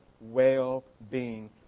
well-being